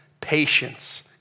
patience